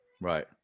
Right